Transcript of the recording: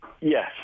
Yes